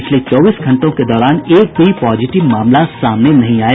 पिछले चौबीस घंटों के दौरान एक भी पॉजिटिव मामला सामने नहीं आया